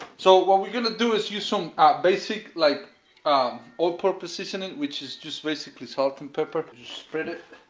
so what we gonna do is use some ah basic, like um all-purpose seasoning which is just basically salt and pepper just spread it